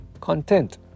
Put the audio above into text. content